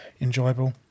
enjoyable